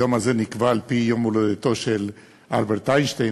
היום הזה נקבע על-פי יום הולדתו של אלברט איינשטיין,